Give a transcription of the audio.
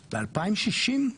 ב- 2060?